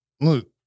look